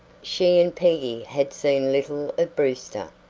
she and peggy had seen little of brewster,